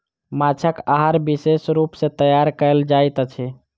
माँछक आहार विशेष रूप सॅ तैयार कयल जाइत अछि